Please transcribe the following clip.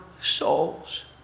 souls